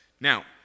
now